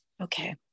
Okay